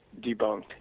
debunked